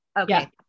Okay